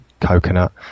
coconut